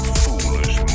foolish